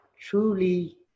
truly